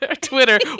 Twitter